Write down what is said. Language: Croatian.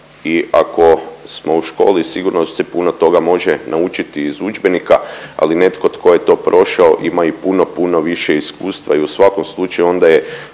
i ako smo u školi sigurno se puno toga može naučiti iz udžbenika ali netko tko je to prošao ima i puno, puno više iskustva i u svakom slučaju onda je